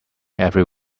every